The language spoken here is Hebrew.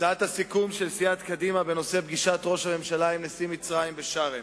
הצעת הסיכום של סיעת קדימה בנושא פגישת ראש הממשלה עם נשיא מצרים בשארם: